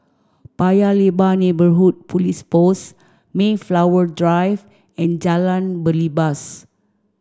Paya Lebar Neighbourhood Police Post Mayflower Drive and Jalan Belibas